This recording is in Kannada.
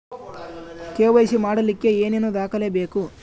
ಕೆ.ವೈ.ಸಿ ಮಾಡಲಿಕ್ಕೆ ಏನೇನು ದಾಖಲೆಬೇಕು?